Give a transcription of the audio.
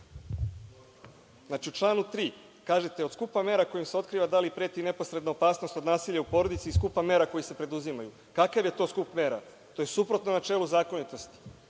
u članu 3. kažete - od skupa mera kojima se otkriva da li preti neposredna opasnost od nasilja u porodici i skupa mera koja se preduzimaju. Kakav je to skup mera? To je suprotno od načela zakonitosti.